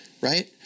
right